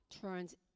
turns